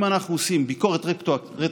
אם אנחנו עושים ביקורת רטרואקטיבית,